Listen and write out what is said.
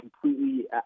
completely